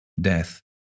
death